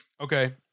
Okay